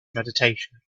meditation